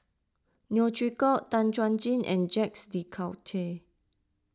Neo Chwee Kok Tan Chuan Jin and Jacques De Coutre